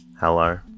Hello